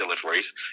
deliveries